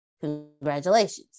Congratulations